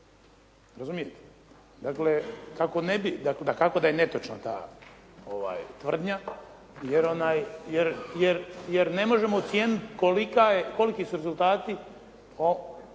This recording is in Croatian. Razumijete? Dakle, kako ne bi. Dakako da je netočna ta tvrdnja, jer ne možemo ocijeniti koliki su rezultati